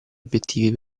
obbiettivi